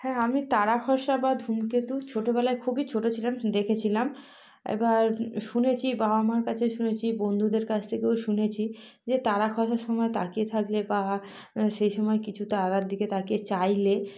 হ্যাঁ আমি তারা খসা বা ধূমকেতু ছোটোবেলায় খুবই ছোটো ছিলাম দেখেছিলাম এবার শুনেছি বাবা মার কাছে শুনেছি বন্ধুদের কাছ থেকেও শুনেছি যে তারা খসার সময় তাকিয়ে থাকলে বা সেই সময় কিছু তারার দিকে তাকিয়ে চাইলে